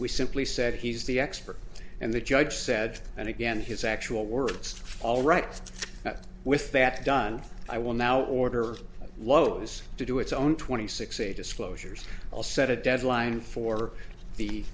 we simply said he's the expert and the judge said and again his actual words all right with that done i will now order lowe's to do its own twenty six eight disclosures i'll set a deadline for the